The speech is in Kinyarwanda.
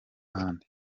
ahandi